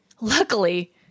Luckily